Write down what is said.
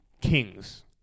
kings